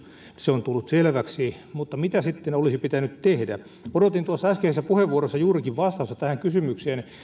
se on tullut selväksi mutta mitä sitten olisi pitänyt tehdä odotin tuossa äskeisessä puheenvuorossa juurikin vastausta tähän kysymykseen ja